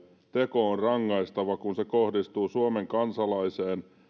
teko on rangaistava kun se kohdistuu suomen kansalaiseen